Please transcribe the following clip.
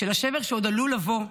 של השבר שעוד עלול לבוא,